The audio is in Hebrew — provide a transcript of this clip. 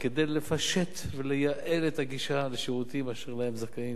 כדי לפשט ולייעל את הגישה לשירותים אשר להם הם זכאים